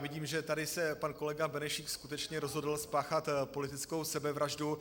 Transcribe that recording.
Vidím, že tady se pan kolega Benešík skutečně rozhodl spáchat politickou sebevraždu.